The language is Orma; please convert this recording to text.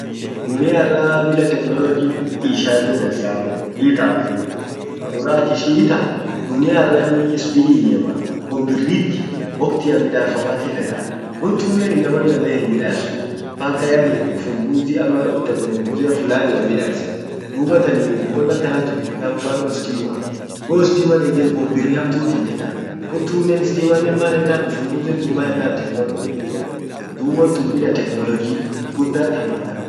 dunia arra bila technologin ishatin dansamuu hiitatuu taduraa akishin hiitat dunia arra spidi ijemaawon birrit woktian midafamati fedaa won tunnen inaman dandee himmidasuu mpaka yaani ufumbuzi ama technologia fulanian midassen dubattan won akkan tun mfanon istimaa wo istiman hinjirn won birri hamtut ijjetaa wo tunnen istimannen maanena ufumbuzintun maennan technologit duffenii dub wontun bila technologi won guddat hammata dandete himmidafamtu.